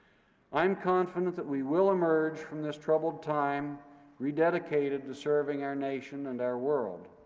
i'm confident that we will emerge from this troubled time rededicated to serving our nation and our world.